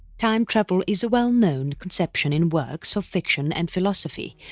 time travel is a well-known conception in works of fiction and philosophy,